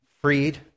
freed